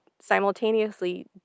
simultaneously